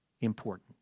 important